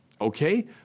Okay